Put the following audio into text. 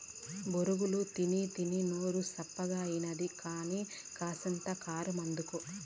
బొరుగులు తినీతినీ నోరు సప్పగాయినది కానీ, కాసింత కారమందుకో